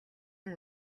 ийн